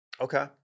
Okay